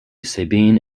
sabine